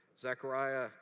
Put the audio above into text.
Zechariah